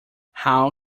how